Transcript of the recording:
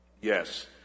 Yes